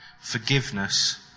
forgiveness